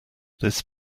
this